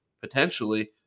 potentially